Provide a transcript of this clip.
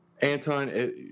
Anton